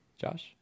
Josh